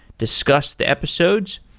discuss the episodes,